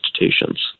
institutions